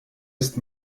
ist